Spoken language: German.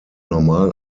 normal